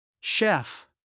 Chef